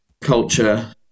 culture